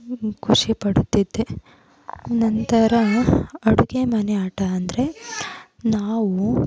ಖುಷಿಪಡುತ್ತಿದ್ದೆ ನಂತರ ಅಡುಗೆ ಮನೆ ಆಟ ಅಂದರೆ ನಾವು